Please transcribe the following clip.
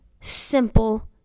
simple